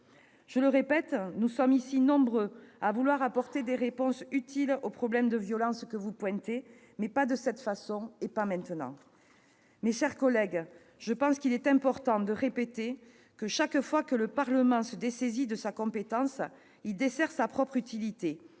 Je le répète, nous sommes nombreux ici à vouloir apporter des réponses utiles aux problèmes de violence que vous pointez, mais pas de cette façon, et pas maintenant. Mes chers collègues, je crois important de redire que chaque fois que le Parlement se dessaisit de sa compétence, il porte atteinte à son utilité,